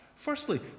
Firstly